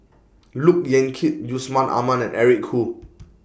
Look Yan Kit Yusman Aman and Eric Khoo